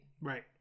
Right